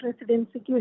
residency